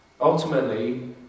Ultimately